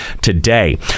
today